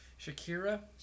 Shakira